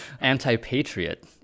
anti-patriot